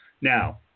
Now